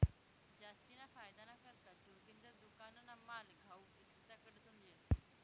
जास्तीना फायदाना करता जोगिंदर दुकानना माल घाऊक इक्रेताकडथून लेस